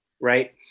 Right